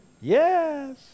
Yes